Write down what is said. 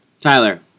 Tyler